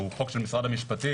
שהוא חוק של משרד המשפטים,